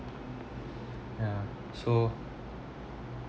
yeah so